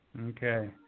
Okay